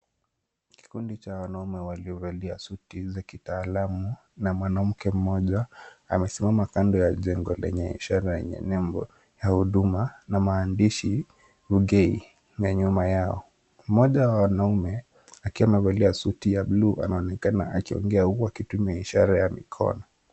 Kikundi cha wanaume waliovalia suti za kitaalam na mwanamke mmoja, wamesimama kando ya jengo lenye ishara yenye nembo ya huduma na maandishi ok na nyuma yao. Mmoja wa wanaume akiwa amevalia suti ya buluu anaonekana akiongea huku akitumia ishara ya mikono.